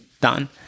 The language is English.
done